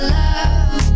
love